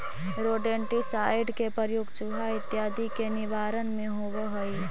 rodenticide के प्रयोग चुहा इत्यादि के निवारण में होवऽ हई